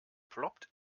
ploppt